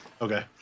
Okay